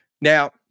Now